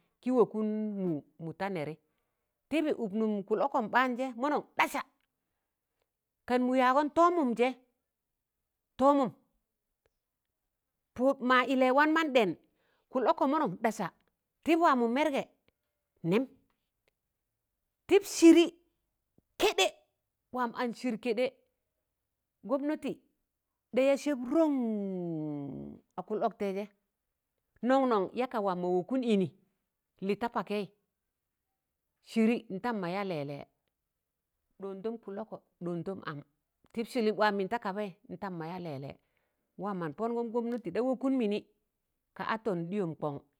kị wọkụn mụụ mụ ta nẹrị tịbị ụk nụm kụl- ọkọm ɓaanjẹ mọnọṇ ɗasa kan mụ yaagọn tọọmụmjẹ tọọmụm pa ma yịlẹị wan man ɗẹn kụl- ọkọ mọnọn ɗasa tịb waamọ mẹrgẹ nẹm tịb sịrị kẹdẹ waam an sịri kẹɗẹ gomnati ɗaya sẹb rọṇṇṇṇ a kụlọktẹịjẹ nọṇ nọṇ yaka waamọ wọkụn ịnị Lị ta pakẹị Sịrị ntam maya lẹẹlẹ ɗọọndọm kụl- ọkọ ɗọọndọm am tịb Sịlịp waam mịn ta kabaị ntam mẹya lẹẹlẹ nwaam mọn pọngọm gonati ɗa wọkụn mịnị ka atọn ɗịyọm kọṇ.